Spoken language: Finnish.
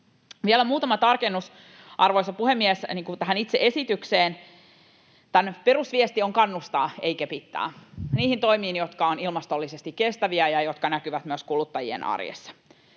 Vielä muutama tarkennus, arvoisa puhemies, tähän itse esitykseen. Tämän perusviesti on kannustaa, ei kepittää, niihin toimiin, jotka ovat ilmastollisesti kestäviä ja jotka näkyvät myös kuluttajien arjessa.